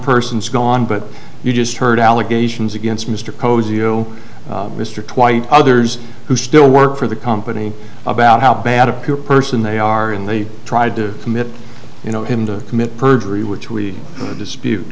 person's gone but you just heard allegations against mr posey oh mr twite others who still work for the company about how bad a poor person they are and they tried to commit you know him to commit perjury which we dispute